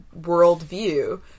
worldview